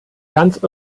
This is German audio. ganz